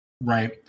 Right